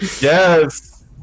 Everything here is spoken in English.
yes